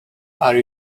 are